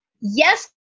yes